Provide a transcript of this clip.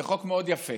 זה חוק מאוד יפה.